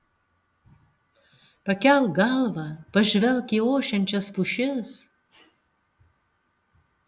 pakelk galvą pažvelk į ošiančias pušis